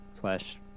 slash